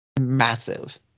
massive